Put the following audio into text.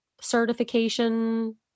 certification